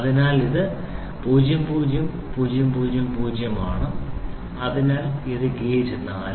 അതിനാൽ ഇത് 00 000 ആണ് അതിനാൽ ഇത് ഗേജ് 4